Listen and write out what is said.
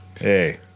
Hey